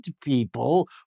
people